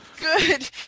Good